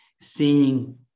seeing